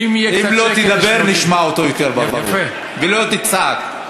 אם לא תדבר, נשמע אותו יותר ברור, ואם לא תצעק.